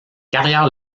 carrière